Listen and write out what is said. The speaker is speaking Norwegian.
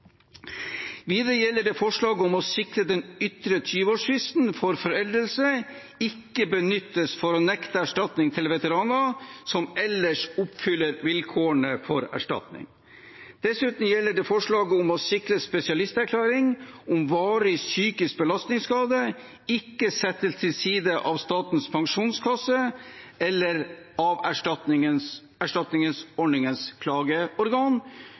Videre gjelder det forslaget om å sikre at den ytre tyveårsfristen for foreldelse ikke benyttes for å nekte erstatning til veteraner som ellers oppfyller vilkårene for erstatning. Dessuten gjelder det forslaget om å sikre at spesialisterklæring om varig psykisk belastningsskade ikke settes til side av Statens pensjonskasse eller av erstatningsordningens klageorgan,